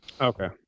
Okay